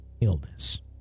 illness